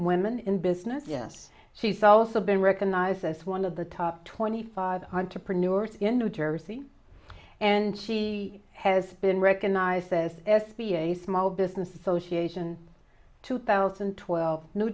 women in business yet she's also been recognized as one of the top twenty five entrepreneurs in new jersey and she has been recognized as s b a small business association two thousand and twelve new